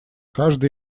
каждый